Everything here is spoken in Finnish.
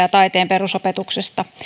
ja taiteen perusopetuksesta